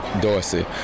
Dorsey